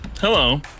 Hello